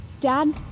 Dad